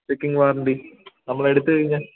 checking warranty നമ്മൾ എടുത്ത് കഴിഞ്ഞാൽ